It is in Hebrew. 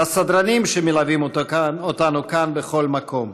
לסדרנים, שמלווים אותנו כאן בכל מקום,